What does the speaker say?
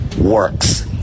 works